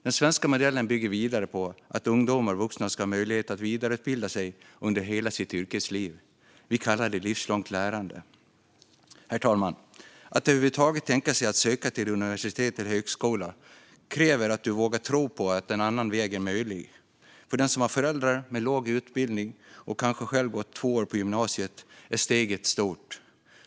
Den svenska modellen bygger vidare på att ungdomar och vuxna ska ha möjlighet att vidareutbilda sig under hela sitt yrkesliv. Vi kallar det livslångt lärande, herr talman. Att över huvud taget tänka sig att söka till universitet eller högskola kräver att du vågar tro på att en annan väg är möjlig. För den som har föräldrar med låg utbildning och som kanske själv gått två år på gymnasiet är steget stort.